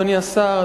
אדוני השר,